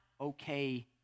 okay